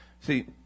See